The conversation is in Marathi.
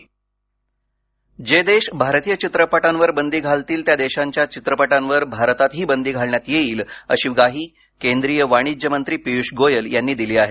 फिक्की फ्रेम्स जे देश भारतीय चित्रपटांवर बंदी घालतील त्या देशांच्या चित्रपटांवर भारतातही बंदी घालण्यात येईल अशी ग्वाही केंद्रीय वाणिज्य मंत्री पियूष गोयल यांनी दिली आहे